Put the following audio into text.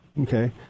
Okay